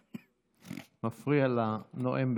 זה מפריע לנואם.